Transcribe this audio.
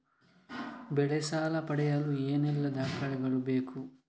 ಬೆಳೆ ಸಾಲ ಪಡೆಯಲು ಏನೆಲ್ಲಾ ದಾಖಲೆಗಳು ಬೇಕು?